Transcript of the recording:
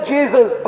Jesus